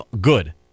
good